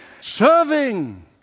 Serving